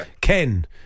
Ken